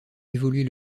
évoluer